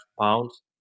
pounds